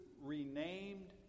renamed